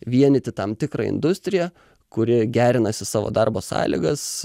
vienyti tam tikrą industriją kuri gerinasi savo darbo sąlygas